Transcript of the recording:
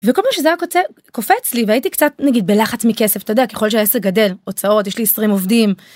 וכל פעם שזה היה קופץ לי והייתי קצת נגיד בלחץ מכסף אתה יודע ככל שהעסק גדל הוצאות, יש לי 20 עובדים.